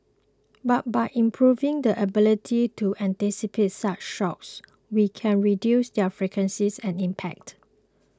but by improving the ability to anticipate such shocks we can reduce their frequencies and impact